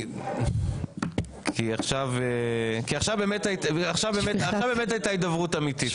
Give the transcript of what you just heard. כי עכשיו באמת הייתה הידברות אמיתית.